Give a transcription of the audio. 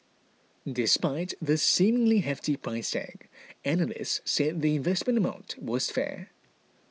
despite the seemingly hefty price tag analysts said the investment amount was fair